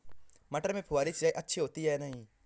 मटर में फुहरी सिंचाई अच्छी होती है या नहीं?